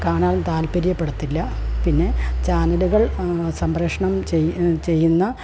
കാണാൻ താല്പര്യപ്പെടത്തില്ല പിന്നെ ചാനലുകൾ സംപ്രേഷണംചെയ്യ് ചെയ്യുന്ന